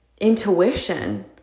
intuition